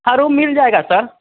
हाँ रूम मिल जाएगा सर